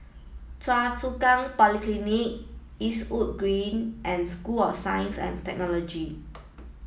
Choa Chu Kang Polyclinic Eastwood Green and School of Science and Technology